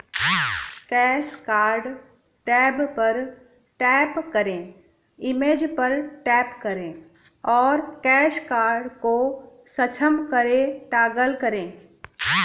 cash card tab पर tap करें, image पर टैप करें और कैश कार्ड को सक्षम करें टॉगल करें